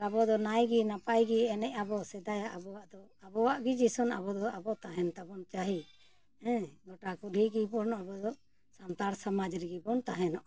ᱟᱵᱚ ᱫᱚ ᱱᱟᱭᱜᱮ ᱱᱟᱯᱟᱭᱜᱮ ᱮᱱᱮᱡ ᱟᱵᱚᱱ ᱥᱮᱫᱟᱭᱟᱜ ᱟᱵᱚᱣᱟᱜ ᱫᱚ ᱟᱵᱚᱣᱟᱜ ᱜᱮ ᱡᱮᱭᱥᱮ ᱟᱵᱚ ᱫᱚ ᱟᱵᱚ ᱛᱟᱦᱮᱱ ᱛᱟᱵᱚᱱ ᱪᱟᱹᱦᱤ ᱦᱮᱸ ᱜᱚᱴᱟ ᱠᱩᱞᱦᱤ ᱜᱮᱵᱚᱱ ᱟᱵᱚ ᱫᱚ ᱥᱟᱱᱛᱟᱲ ᱥᱚᱢᱟᱡᱽ ᱨᱮᱜᱮ ᱵᱚᱱ ᱛᱟᱦᱮᱱᱚᱜᱼᱟ